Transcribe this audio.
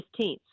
15th